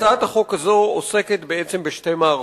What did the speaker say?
הצעת החוק הזאת עוסקת בעצם בשתי מערכות.